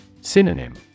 Synonym